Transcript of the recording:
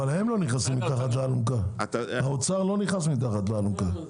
אבל הם, האוצר, לא נכנסים מתחת לאלונקה.